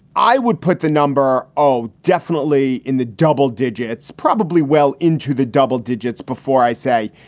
i would put the number of definitely in the double digits. probably well into the double digits. before i say,